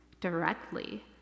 directly